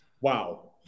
Wow